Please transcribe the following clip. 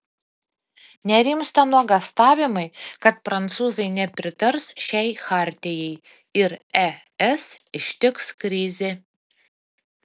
nerimsta nuogąstavimai kad prancūzai nepritars šiai chartijai ir es ištiks krizė